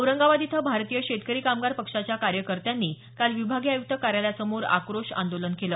औरंगाबाद इथं भारतीय शेतकरी कामगार पक्षाच्या कार्यकत्यांनी काल विभागीय आयुक्त कार्यालयासमोर आक्रोश आंदोलन केलं